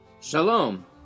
Shalom